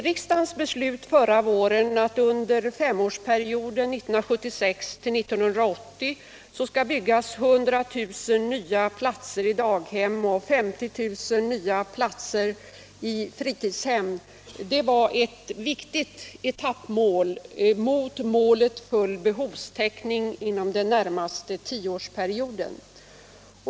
Riksdagens beslut förra våren, att det under femårsperioden 1976-1980 skall byggas 100000 nya platser i daghem och 50 000 nya platser i fritidshem, var ett viktigt etappmål mot målet full behovstäckning inom den närmaste tioårsperioden.